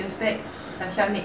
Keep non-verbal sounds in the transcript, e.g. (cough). (breath)